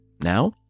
Now